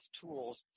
tools